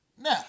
Now